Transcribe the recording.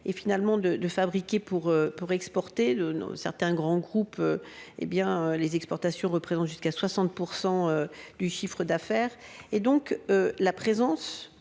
et finalement de de fabriquer pour pour exporter le no certains grands groupes hé bien les exportations représentent jusqu'à 60% du chiffre d'affaires et donc la présence,